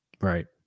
Right